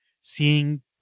seeing